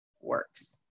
works